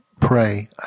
pray